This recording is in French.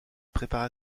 prépare